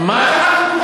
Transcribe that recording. אנחנו.